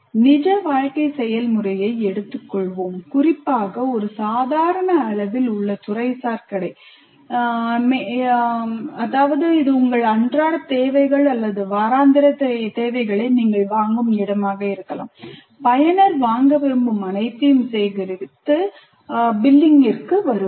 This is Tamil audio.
நிஜ வாழ்க்கை செயல்முறையை எடுத்துக்கொள்வோம் குறிப்பாக ஒரு சாதாரண அளவில் உள்ள துறைசார் கடை இது உங்கள் அன்றாட தேவைகள் அல்லது வாராந்திர தேவைகளை நீங்கள் வாங்கும் இடமாக இருக்கலாம் பயனர் வாங்க விரும்பும் அனைத்தையும் சேகரித்து பில்லிங்கிற்கு வருவார்